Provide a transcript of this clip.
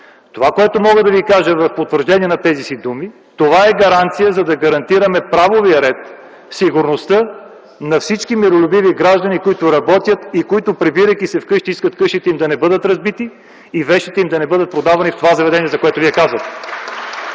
проверка на органа на реда. В потвърждение на тези си думи мога да Ви кажа - това е гаранция за правовия ред, сигурността на всички миролюбиви граждани, които работят и които, прибирайки се вкъщи, искат къщите им да не бъдат разбити и вещите им да не бъдат продавани в това заведение, за което Вие